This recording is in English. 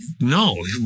no